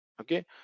okay